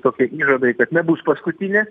tokie įžadai kad nebus paskutinė